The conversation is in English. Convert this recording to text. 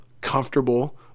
comfortable